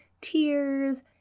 tears